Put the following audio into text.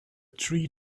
tree